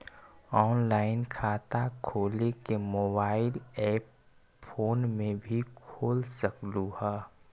Online खाता खोले के मोबाइल ऐप फोन में भी खोल सकलहु ह?